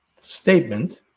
statement